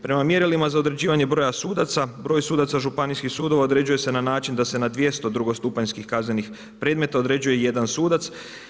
Prema mjerilima za određivanje broja sudaca, broj sudaca županijskih sudova određuje se na način da se na 200 drugostupanjskih kaznenih predmeta određuje 1 sudac.